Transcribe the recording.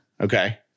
Okay